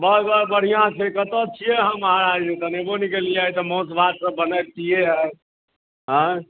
बस बस बढ़िआँ छै कतऽ छियै अहाँ महाराज नहि तऽ एबो नहि केलियै एतऽ मासु भात सभ बनैबतियै आइ हय